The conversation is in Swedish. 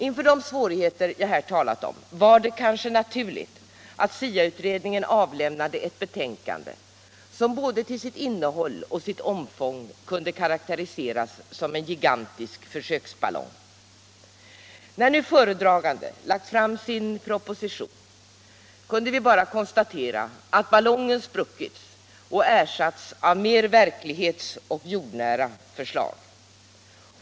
Inför de svårigheter jag här talat om var det kanske naturligt att SIA utredningen avlämnade ett betänkande som både till sitt innehåll och sitt omfång kunde karakteriseras som en gigantisk försöksballong. När så föredragande lagt fram sin proposition kunde vi bara konstatera att ballongen spruckit och ersatts av mera verklighetsoch jordnära förslag.